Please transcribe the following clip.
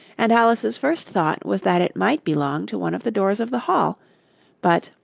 and alice's first thought was that it might belong to one of the doors of the hall but,